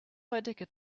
heutige